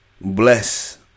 bless